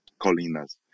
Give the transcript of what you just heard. colinas